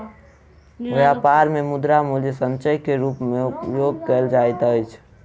व्यापार मे मुद्रा मूल्य संचय के रूप मे उपयोग कयल जाइत अछि